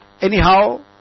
anyhow